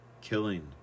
killing